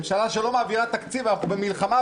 ממשלה שלא מעבירה תקציב אנחנו במלחמה,